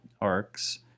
arcs